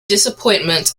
disappointment